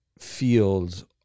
fields